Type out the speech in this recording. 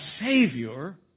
Savior